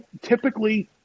typically